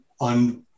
on